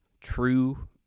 true